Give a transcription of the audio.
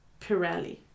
Pirelli